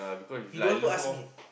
you don't want to ask me